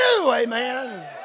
Amen